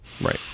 Right